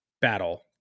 battle